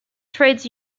trades